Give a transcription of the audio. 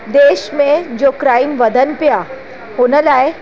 देश में जो क्राइम वधनि पिया हुन लाइ